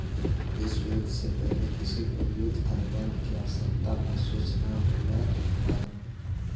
विश्व युद्ध से पहले किसी को युद्ध अनुबंध की आवश्यकता महसूस न होलई हल